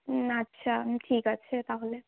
আচ্ছা ঠিক আছে তাহলে